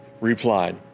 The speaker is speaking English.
replied